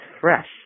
fresh